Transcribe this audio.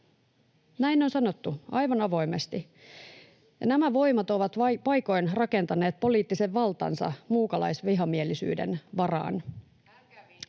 Näin on sanottu, aivan avoimesti. Ja nämä voimat ovat paikoin rakentaneet poliittisen valtansa muukalaisvihamielisyyden varaan.